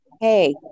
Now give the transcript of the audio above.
hey